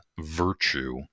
virtue